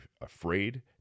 afraid